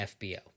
FBO